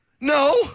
No